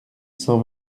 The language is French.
cent